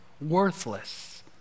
worthless